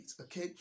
okay